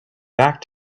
back